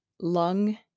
lung